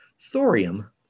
Thorium